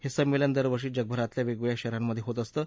हे संमेलन दरवर्षी जगभरातल्या वेगवेगळ्या शहरांमध्ये होत असतं